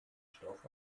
stoff